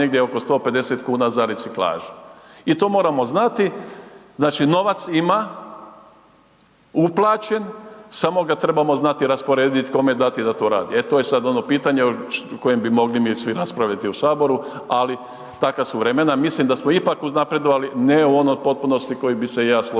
i to moramo znati. Znači novac ima, uplaćen, samo ga trebamo znat rasporediti, kome dati da to radi, e to je sad ovo pitanje o kojem bi mogli mi svi raspraviti u Saboru, ali takva su vremena, mislim da smo ipak uznapredovali, ne ono u potpunosti koje bi se i ja složio